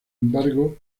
embargo